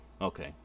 okay